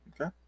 Okay